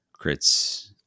crits